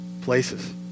places